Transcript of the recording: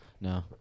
No